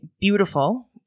beautiful